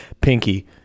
Pinky